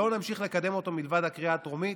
לא נמשיך לקדם אותו מלבד הקריאה הטרומית,